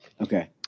Okay